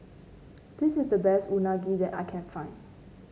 this is the best Unagi that I can find